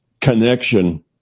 connection